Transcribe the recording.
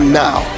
now